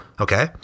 okay